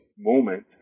moment